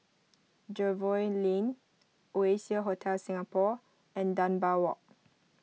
Jervois Lane Oasia Hotel Singapore and Dunbar Walk